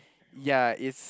ya it's